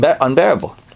unbearable